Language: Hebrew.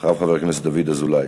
אחריו, חבר הכנסת דוד אזולאי.